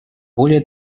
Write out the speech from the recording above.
более